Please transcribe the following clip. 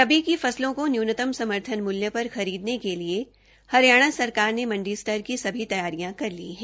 रबी की फसलों को न्यूनतम समर्थन मूल्य पर खरीदने के लिए हरियाणा सरकार ने मंडी स्तर की सभी तैयारियां कर ली हैं